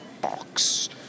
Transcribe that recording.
box